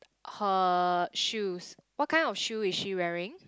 her shoes what kind of shoe is she wearing